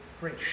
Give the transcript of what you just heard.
great